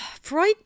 Freud